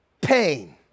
pain